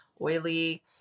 oily